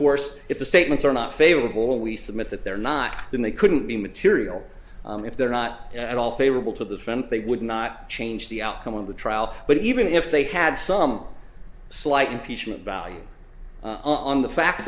course if the statements are not favorable we submit that they're not then they couldn't be material if they're not at all favorable to the front they would not change the outcome of the trial but even if they had some slight impeachment value on the facts